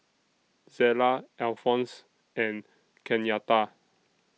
Zella Alphonse and Kenyatta